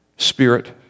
Spirit